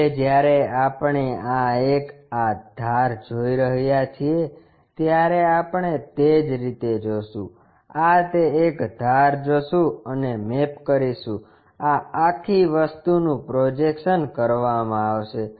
હવે જ્યારે આપણે આ એક આ ધાર જોઈ રહ્યા છીએ ત્યારે આપણે તે જ રીતે જોશું આ તે એક ધાર જોશું અને મેપ કરીશું આ આખી વસ્તુનું પ્રોજેક્શન કરવામાં આવશે